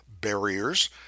barriers